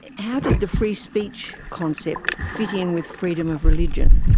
how did the free speech concept fit in with freedom of religion?